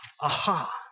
Aha